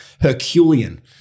Herculean